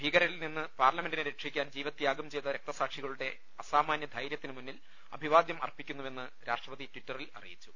ഭീകരരിൽ നിന്ന് പാർലമെന്റിനെ രക്ഷിക്കാൻ ജീവത്യാഗം ചെയ്ത രക്തസാക്ഷി കളുടെ അസാമാന്യ ധൈര്യത്തിന് മുന്നിൽ അഭിവാദ്യം അർപ്പി ക്കുന്നുവെന്ന് രാഷ്ട്രപതി ടിറ്ററിൽ അറിയിച്ചു